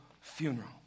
funeral